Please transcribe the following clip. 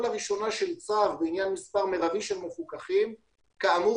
לראשונה של צו בעניין מספר מרבי של מפוקחים כאמור